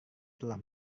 telah